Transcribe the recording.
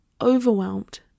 overwhelmed